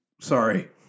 sorry